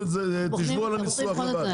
על הניסוח.